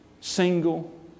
single